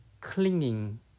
clinging